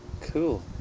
cool